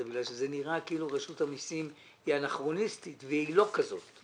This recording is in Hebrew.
כי זה נראה כאילו רשות המיסים היא אנכרוניסטית והיא לא כזאת.